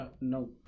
No